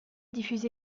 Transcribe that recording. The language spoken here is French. diffuse